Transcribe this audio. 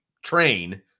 train